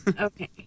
Okay